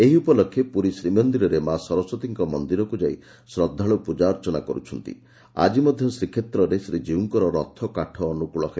ଏହି ଉପଲକ୍ଷେ ପୁରୀ ଶ୍ରୀମନ୍ଦିରରେ ମା ସରସ୍ୱତୀଙ୍କ ମନ୍ଦିରକୁ ଯାଇ ଶ୍ରଦ୍ଧାଳୁ ପୂଜାର୍ଚ୍ଚନା କରୁଛନ୍ତି ଆକି ମଧ୍ଧ ଶ୍ରୀକ୍ଷେତ୍ରରେ ଶ୍ରୀଜୀଉଙ୍କର ରଥକାଠ ଅନୁକୁଳ ହେବ